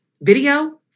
video